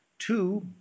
Two